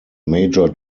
major